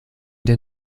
der